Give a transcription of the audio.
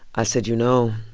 i said, you know,